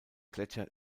gletscher